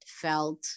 felt